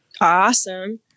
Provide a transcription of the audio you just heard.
Awesome